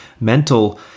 mental